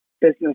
business